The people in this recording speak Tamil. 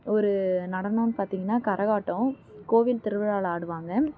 ஒரு நடனன்னு பார்த்தீங்கன்னா கரகாட்டம் கோவில் திருவிழாவில் ஆடுவாங்க